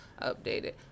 updated